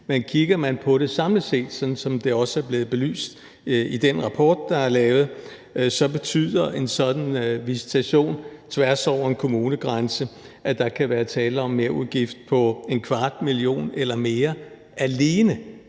men kigger man på det samlet set, som det også er blevet belyst i den rapport, der er lavet, betyder en sådan visitation tværs over en kommunegrænse, at der kan være tale om en merudgift på en kvart million kroner eller mere alene